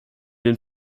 den